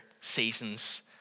seasons